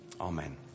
Amen